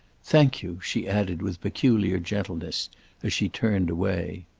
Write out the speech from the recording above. thank you, she added with peculiar gentleness as she turned away.